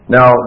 Now